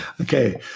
Okay